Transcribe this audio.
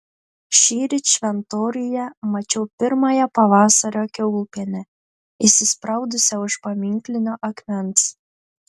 šįryt šventoriuje mačiau pirmąją pavasario kiaulpienę įsispraudusią už paminklinio akmens